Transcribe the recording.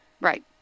Right